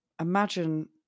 Imagine